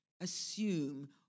assume